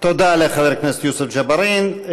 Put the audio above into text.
תודה לחבר הכנסת יוסף ג'בארין.